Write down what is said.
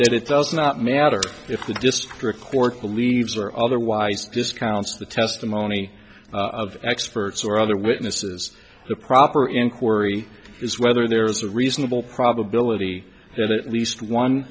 that it does not matter if the district court believes or otherwise discounts the testimony of experts or other witnesses the proper inquiry is whether there is a reasonable probability that it least one